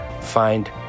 find